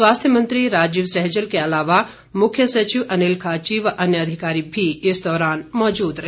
स्वास्थ्य मंत्री राजीव सैजल के अलावा मुख्य सचिव अनिल खाची व अन्य अधिकारी भी इस दौरान मौजूद रहे